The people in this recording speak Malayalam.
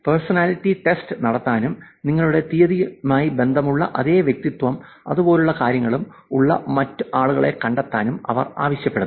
പേഴ്സണാലിറ്റി ടെസ്റ്റ് നടത്താനും നിങ്ങളുടെ തീയതിയുമായി ബന്ധമുള്ള അതേ വ്യക്തിത്വവും അതുപോലുള്ള കാര്യങ്ങളും ഉള്ള മറ്റ് ആളുകളെ കണ്ടെത്താനും അവർ ആവശ്യപ്പെടുന്നു